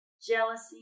Jealousy